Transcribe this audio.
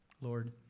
Lord